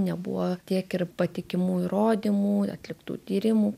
nebuvo tiek ir patikimų įrodymų atliktų tyrimų